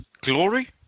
Glory